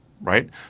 Right